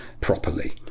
properly